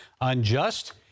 unjust